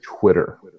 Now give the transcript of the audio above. Twitter